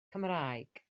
cymraeg